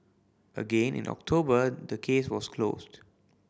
again in October the case was closed